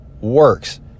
works